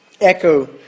echo